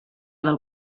del